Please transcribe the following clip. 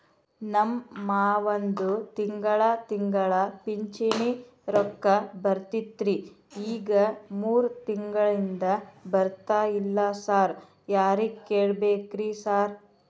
ನಮ್ ಮಾವಂದು ತಿಂಗಳಾ ತಿಂಗಳಾ ಪಿಂಚಿಣಿ ರೊಕ್ಕ ಬರ್ತಿತ್ರಿ ಈಗ ಮೂರ್ ತಿಂಗ್ಳನಿಂದ ಬರ್ತಾ ಇಲ್ಲ ಸಾರ್ ಯಾರಿಗ್ ಕೇಳ್ಬೇಕ್ರಿ ಸಾರ್?